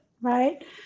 right